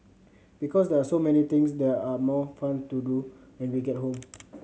because there are so many things there are more fun to do when we get home